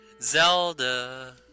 Zelda